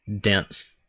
dense